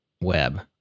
web